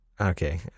Okay